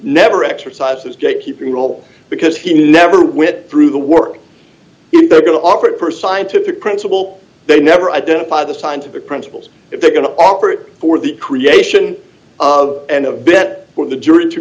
never exercises gatekeeping role because he never went through the work if they're going to operate for scientific principle they never identify the scientific principles if they're going to offer it for the creation of an a bit for the jury to